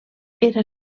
era